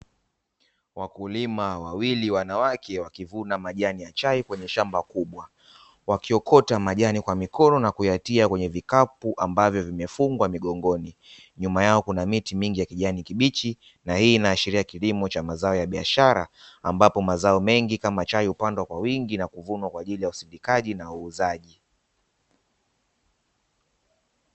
Wakulima wawili wanawake wakivuna majani ya chai kwenye shamba kubwa. Wakiokota majani kwa mikono na kuitia kwenye vikapu ambavyo vimefungwa migongoni. Nyuma yao kuna miti mingi ya kijani kibichi na hii inaashiria kilimo cha mazao ya biashara ambapo mazao mengi kama chai hupandwa kwa wingi na kuvunwa kwa ajili ya usindikaji na uuzaji.